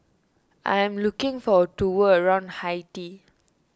I am looking for a tour around Haiti